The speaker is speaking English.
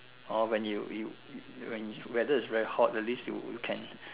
or when you you when you weather is very hot at least you can